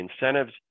incentives